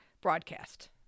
broadcast